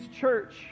church